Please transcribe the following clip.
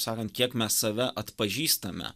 sakant kiek mes save atpažįstame